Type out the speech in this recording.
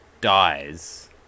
dies